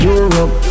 Europe